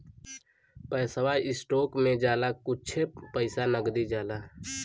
पैसवा स्टोक मे जाला कुच्छे पइसा नगदी जाला